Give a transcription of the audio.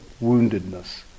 woundedness